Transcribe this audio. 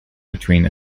between